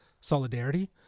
solidarity